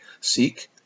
seek